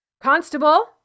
Constable